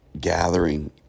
gathering